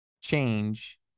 change